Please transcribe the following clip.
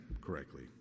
correctly